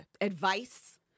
advice